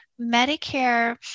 Medicare